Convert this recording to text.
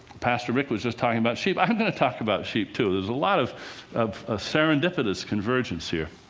pastor rick was just talking about sheep. i'm going to talk about sheep, too. there's a lot of of ah serendipitous convergence here.